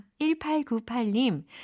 1898님